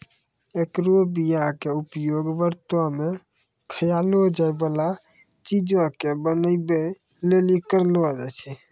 एकरो बीया के उपयोग व्रतो मे खयलो जाय बाला चीजो के बनाबै लेली करलो जाय छै